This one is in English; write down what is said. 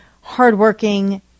hardworking